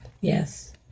Yes